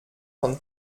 von